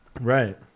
Right